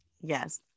yes